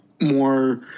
more